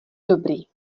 dobrý